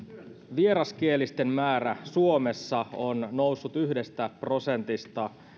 vieraskielisten määrä suomessa on noussut yhdestä prosentista